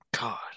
God